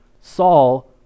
Saul